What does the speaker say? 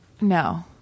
no